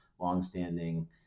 longstanding